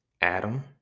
Adam